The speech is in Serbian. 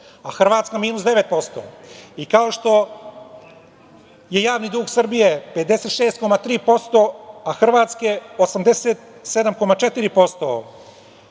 a Hrvatska minus 9%, i kao što je javni dug Srbije 56,3%, a Hrvatske 87,4%,